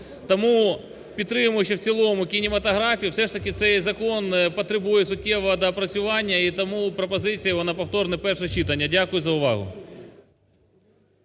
Тому, підтримуючи в цілому кінематографію, все ж таки цей закон потребує суттєвого доопрацювання і тому пропозиція його на повторне перше читання. Дякую за увагу.